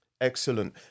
Excellent